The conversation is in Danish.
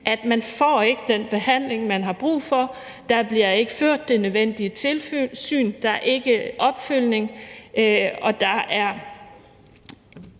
at man ikke får den behandling, man har brug for, at der ikke bliver ført det nødvendige tilsyn, at der ikke foretages opfølgning, og at der